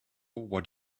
what